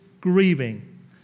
grieving